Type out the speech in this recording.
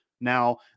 Now